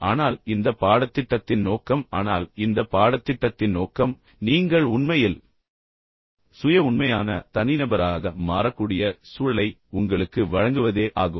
ஆனால் இந்த பாடத்திட்டத்தின் நோக்கம் ஆனால் இந்த பாடத்திட்டத்தின் நோக்கம் நீங்கள் உண்மையில் சுய உண்மையான தனிநபராக மாறக்கூடிய சூழலை உங்களுக்கு வழங்குவதே ஆகும்